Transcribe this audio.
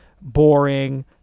boring